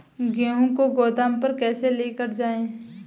गेहूँ को गोदाम पर कैसे लेकर जाएँ?